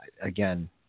again